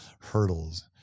hurdles